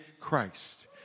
Christ